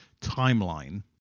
timeline